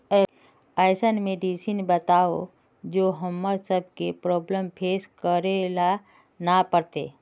ऐसन मेडिसिन बताओ जो हम्मर सबके प्रॉब्लम फेस करे ला ना पड़ते?